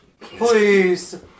Please